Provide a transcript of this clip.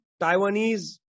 Taiwanese